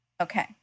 Okay